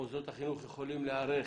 מוסדות החינוך יכולים להיערך